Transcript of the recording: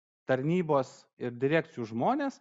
tarnybos ir direkcijų žmones